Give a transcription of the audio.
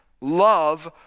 love